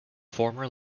former